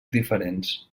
diferents